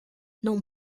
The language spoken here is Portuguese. não